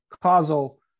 causal